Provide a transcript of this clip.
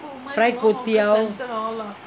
fried kuay teow